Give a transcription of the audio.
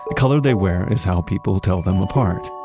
the color they wear is how people tell them apart.